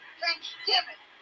Thanksgiving